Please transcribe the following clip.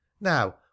Now